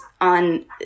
on